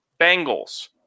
Bengals